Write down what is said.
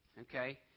okay